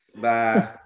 Bye